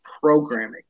programming